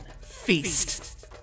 Feast